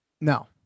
No